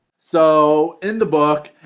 so in the book,